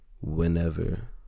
Whenever